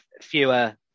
fewer